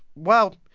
well,